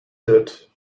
did